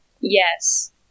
Yes